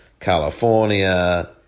California